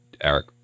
Eric